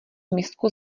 misku